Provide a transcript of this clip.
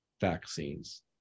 vaccines